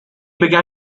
began